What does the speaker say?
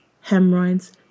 hemorrhoids